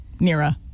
Nira